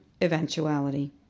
eventuality